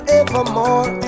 evermore